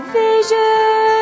vision